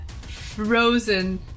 frozen